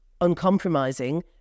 uncompromising